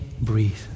breathe